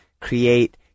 create